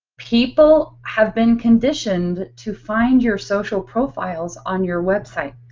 people have been conditioned to find your social profiles on your website.